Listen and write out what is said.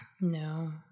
no